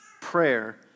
prayer